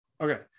okay